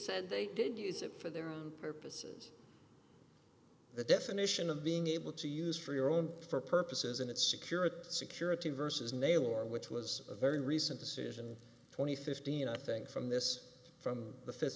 said they did use it for their own purposes the definition of being able to use for your own for purposes in it security security versus mail order which was a very recent decision twenty fifteen i think from this from the fifth